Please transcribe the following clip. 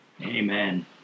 Amen